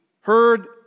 heard